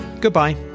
Goodbye